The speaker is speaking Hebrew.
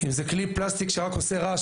אם זה כלי פלסטיק שרק עושה רעש,